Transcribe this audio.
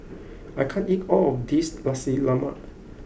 I can't eat all of this Nasi Lemak